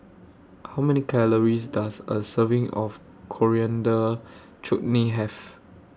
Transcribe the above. How Many Calories Does A Serving of Coriander Chutney Have